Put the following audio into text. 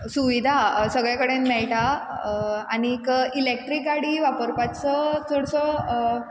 सुविधा सगळे कडेन मेळटा आनी इलेक्ट्रीक गाडी वापरपाचो चडसो